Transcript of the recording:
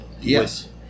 yes